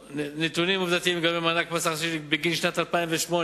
נתונים עובדתיים על מענק מס הכנסה שלילי בגין שנת 2008,